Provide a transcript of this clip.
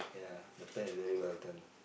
ya the plan is very well done